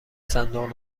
صندوق